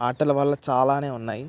ఆటలవల్ల చాలానే ఉన్నాయి